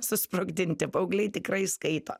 susprogdinti paaugliai tikrai skaito